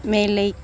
மேலே